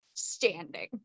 Standing